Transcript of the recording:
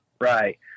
right